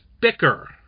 bicker